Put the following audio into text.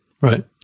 Right